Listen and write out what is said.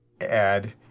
add